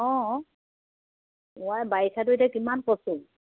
অঁ অ' আই বাৰিষাটো এতিয়া কিমান কচু